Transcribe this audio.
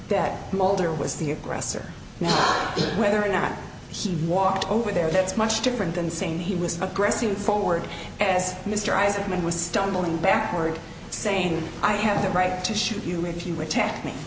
that mulder was the aggressor now whether or not he walked over there that's much different than saying he was aggressing forward as mr isaacson was stumbling backward saying i have the right to shoot you if you attack me